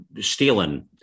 stealing